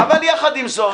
אבל יחד עם זאת,